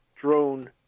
drone